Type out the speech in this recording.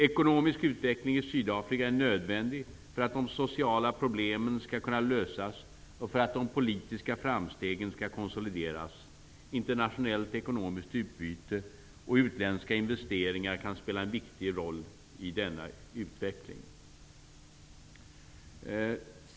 Ekonomisk utveckling i Sydafrika är nödvändig för att de sociala problemen skall kunna lösas och för att de politiska framstegen skall konsolideras. Internationellt ekonomiskt utbyte och utländska investeringar kan spela en viktigt roll i denna utveckling.